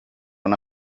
una